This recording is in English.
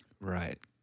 Right